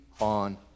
on